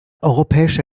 europäische